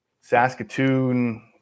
Saskatoon